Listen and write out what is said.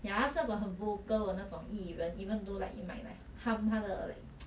ya 他是那种很 vocal 的那种艺人 even though like it might like harm 他的 like